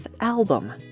album